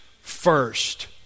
first